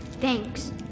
Thanks